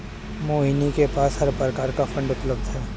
मोहिनी के पास हर प्रकार की फ़ंड उपलब्ध है